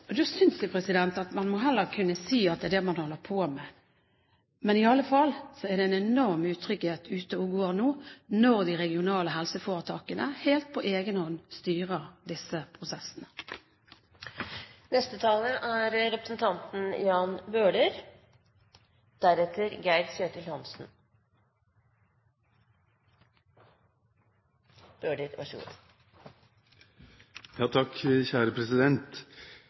Da synes jeg at man må heller kunne si at det er det man holder på med. Men iallfall er det en enorm utrygghet ute og går nå, når de regionale helseforetakene helt på egen hånd styrer disse prosessene. Jeg synes det er